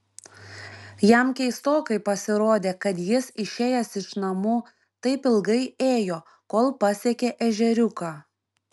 jam keistokai pasirodė kad jis išėjęs iš namų taip ilgai ėjo kol pasiekė ežeriuką